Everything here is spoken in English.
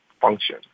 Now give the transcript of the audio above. function